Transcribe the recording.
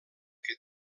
que